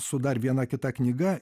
su dar viena kita knyga